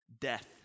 Death